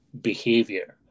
behavior